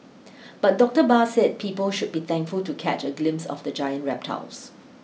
but Doctor Barr said people should be thankful to catch a glimpse of the giant reptiles